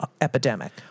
epidemic